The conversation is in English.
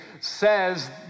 says